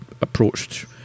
approached